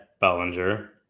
Bellinger